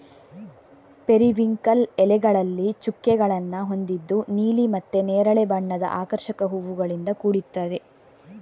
periwinkle ಎಲೆಗಳಲ್ಲಿ ಚುಕ್ಕೆಗಳನ್ನ ಹೊಂದಿದ್ದು ನೀಲಿ ಮತ್ತೆ ನೇರಳೆ ಬಣ್ಣದ ಆಕರ್ಷಕ ಹೂವುಗಳಿಂದ ಕೂಡಿರ್ತದೆ